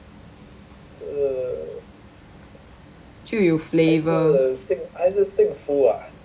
就有 flavour